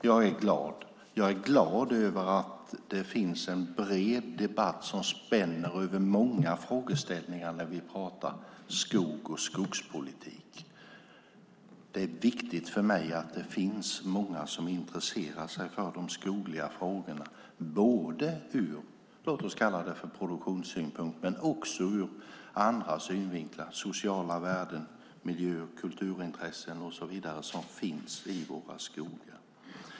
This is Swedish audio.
Fru talman! Jag är glad över att det finns en bred debatt som spänner över många frågeställningar när vi pratar skog och skogspolitik. Det är viktigt för mig att det finns många som intresserar sig för de skogliga frågorna, både ur produktionssynpunkt och ur andra synvinklar - sociala värden, miljö och kulturintressen och så vidare som finns i våra skogar.